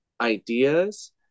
ideas